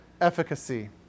efficacy